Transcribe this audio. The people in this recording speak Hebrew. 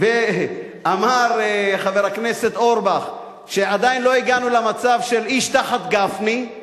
ואמר חבר הכנסת אורבך שעדיין לא הגענו למצב של "איש תחת גפני";